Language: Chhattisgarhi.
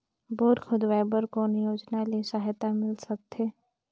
बोर खोदवाय बर कौन योजना ले सहायता मिल सकथे?